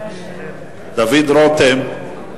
דוד רותם,